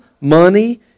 money